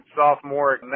sophomore